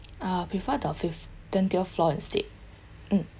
uh prefer the fifth twentieth floor instead mm